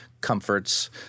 comforts